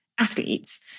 athletes